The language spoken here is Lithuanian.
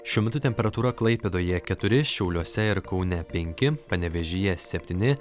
šiuo metu temperatūra klaipėdoje keturi šiauliuose ir kaune penki panevėžyje septyni